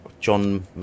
John